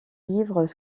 livres